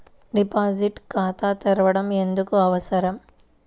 Deposit ఖాతా తెరవడం ఎందుకు అవసరం?